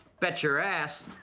bet your ass.